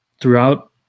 throughout